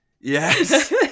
Yes